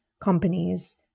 companies